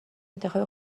انتخاب